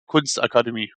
kunstakademie